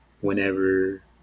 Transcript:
whenever